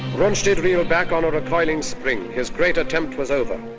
rundstedt reeled back on a recoiling spring, his great attempt was over.